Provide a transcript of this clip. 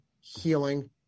Healing